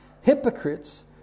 hypocrites